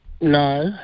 No